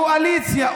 קואליציה,